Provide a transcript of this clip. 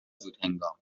زودهنگام